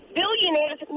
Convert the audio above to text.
billionaires